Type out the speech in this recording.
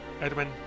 Edwin